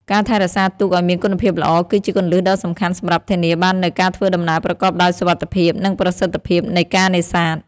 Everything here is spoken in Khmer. ការថែរក្សាទូកឲ្យមានគុណភាពល្អ គឺជាគន្លឹះដ៏សំខាន់សម្រាប់ធានាបាននូវការធ្វើដំណើរប្រកបដោយសុវត្ថិភាព និងប្រសិទ្ធភាពនៃការនេសាទ។